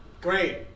Great